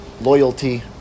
loyalty